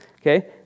Okay